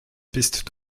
bist